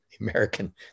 American